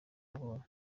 abonye